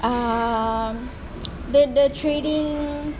mm the the trading